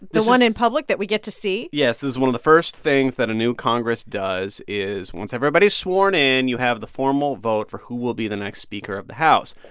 the one in public that we get to see? yes, is one of the first things that a new congress does is, once everybody is sworn in, you have the formal vote for who will be the next speaker of the house.